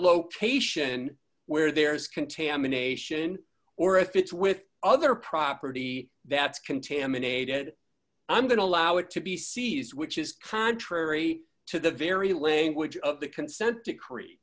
location where there is contamination or if it's with other property that's contaminated i'm going to allow it to be seized which is contrary to the very language of the consent decree